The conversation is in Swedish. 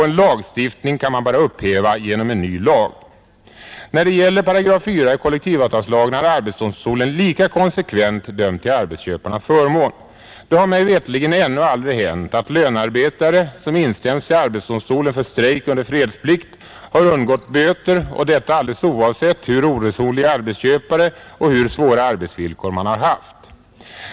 En lagstiftning kan bara upphävas genom en ny lag. När det gäller §4 i kollektivavtalslagen har arbetsdomstolen lika konsekvent dömt till arbetsköparnas förmån. Det har mig veterligen ännu aldrig hänt att lönarbetare som instämts till arbetsdomstolen för strejk under fredsplikt har undgått böter — detta alldeles oavsett hur oresonliga arbetsköpare och hur svåra arbetsvillkor man haft.